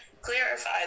clarify